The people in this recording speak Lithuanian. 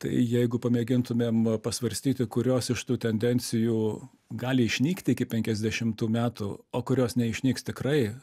tai jeigu pamėgintumėm pasvarstyti kurios iš tų tendencijų gali išnykti iki penkiasdešimtų metų o kurios neišnyks tikrai